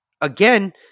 again